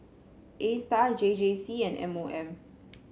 Astar J J C and M O M